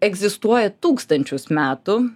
egzistuoja tūkstančius metų